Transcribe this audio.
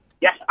Yes